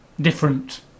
different